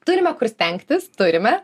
turime kur stengtis turime